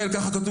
שלכם,